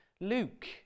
Luke